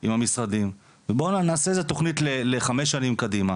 עם המשרדים ובוא נעשה איזה תוכנית לחמש שנים קדימה